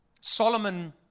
Solomon